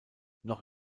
noch